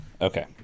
Okay